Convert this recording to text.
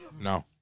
No